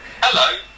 Hello